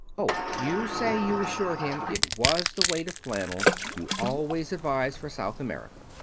oh, you say you assured him it was the weight of flannel you always advise for south america.